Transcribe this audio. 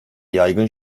yaygın